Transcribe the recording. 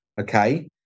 Okay